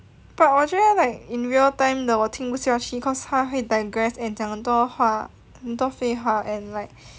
but 我觉得 like in real time 的我听不下去 cause 他会 digress and 讲很多话很多废话 and like